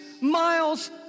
miles